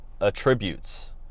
attributes